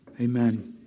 amen